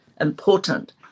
important